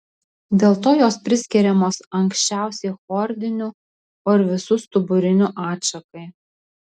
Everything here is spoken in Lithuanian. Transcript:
dėl to jos priskiriamos anksčiausiai chordinių o ir visų stuburinių atšakai